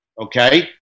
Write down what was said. okay